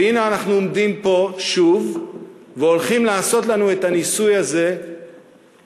והנה אנחנו עומדים פה שוב והולכים לעשות לנו את הניסוי הזה בשלישית.